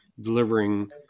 delivering